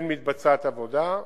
כן מתבצעת עבודה,